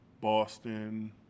Boston